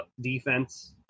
defense